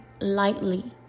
lightly